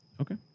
Okay